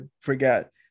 forget